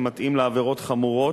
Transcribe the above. שמתאים לעבירות חמורות,